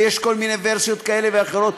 ויש כל מיני ורסיות כאלה ואחרות,